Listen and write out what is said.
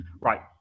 Right